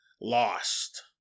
lost